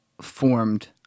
formed